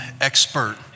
expert